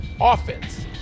offense